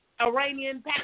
Iranian